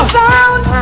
sound